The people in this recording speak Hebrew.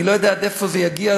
אני לא יודע עד איפה זה יגיע.